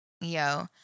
Yo